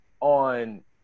on